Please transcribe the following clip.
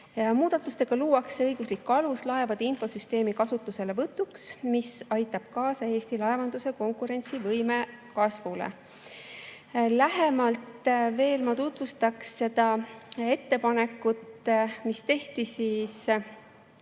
Muudatustega luuakse õiguslik alus laevade infosüsteemi kasutuselevõtuks, mis aitab kaasa Eesti laevanduse konkurentsivõime kasvule. Lähemalt tutvustaks ma seda ettepanekut, mille tegid